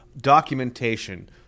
documentation